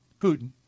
Putin